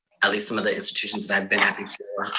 at least some of the institutions that i've been at before,